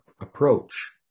approach